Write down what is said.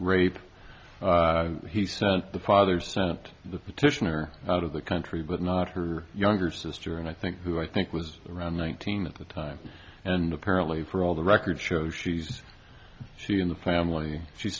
rape he sent the father sent the petitioner out of the country but not her younger sister and i think who i think was around nineteen the time and apparently for all the records show she's in the family she's